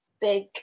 big